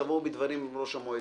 תבואו בדברים עם ראש המועצה.